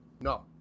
No